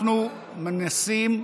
אנחנו מנסים,